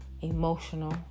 emotional